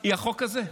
היא החוק הזה.